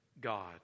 God